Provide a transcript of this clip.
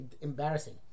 embarrassing